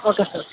okay sir